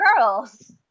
girls